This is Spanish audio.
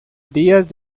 díaz